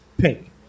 Pink